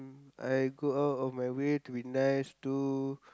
mm I go out of my way to be nice to